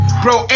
bro